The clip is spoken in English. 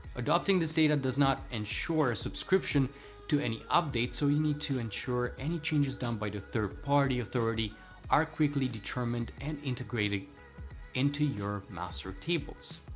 adopting this data does not ensure a subscription to any update so we need to ensure any changes done by the third-party authority are quickly determined and integrated into your master tables.